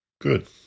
Good